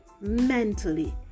mentally